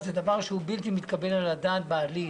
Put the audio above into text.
שזה דבר בלתי מתקבל על הדעת בעליל.